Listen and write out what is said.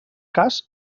cas